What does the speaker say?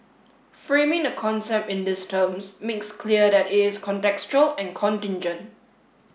framing the concept in these terms makes clear that it is contextual and contingent